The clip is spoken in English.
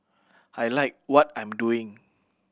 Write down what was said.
I like what I'm doing